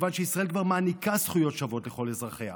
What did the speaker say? מכיוון שישראל כבר מעניקה זכויות שוות לכל אזרחיה.